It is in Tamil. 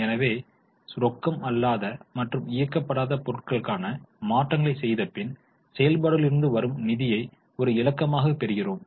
எனவே ரொக்கம் அல்லாத மற்றும் இயக்கப்படாத பொருட்களுக்கான மாற்றங்களைச் செய்தபின் செயல்பாடுகளிலிருந்து வரும் நிதியை ஒரு இலக்கமாக பெறுகிறோம்